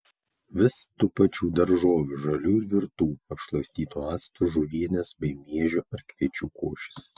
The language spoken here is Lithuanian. vis tų pačių daržovių žalių ir virtų apšlakstytų actu žuvienės bei miežių ar kviečių košės